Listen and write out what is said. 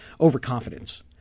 overconfidence